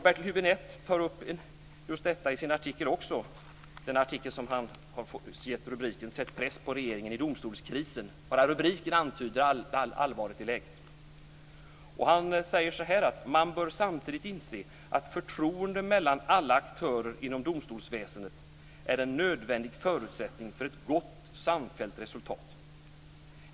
Bertil Hübinette tar upp just detta i sin artikel, som han har gett rubriken "Sätt press på regeringen i domstolskrisen". Bara rubriken antyder allvaret i läget. Han säger följande: "Men man bör samtidigt inse, att förtroendet mellan alla aktörer inom domstolsväsendet är en nödvändig förutsättning för ett gott samfällt resultat.